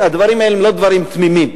הדברים האלה הם לא דברים תמימים.